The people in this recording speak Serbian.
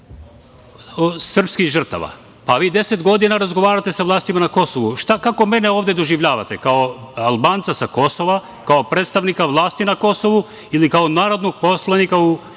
Pa, vi 10 godina razgovarate sa vlastima na Kosovu. Kako mene ovde doživljavate - kao Albanca sa Kosova, kao predstavnika vlasti na Kosovu ili kao narodnog poslanika u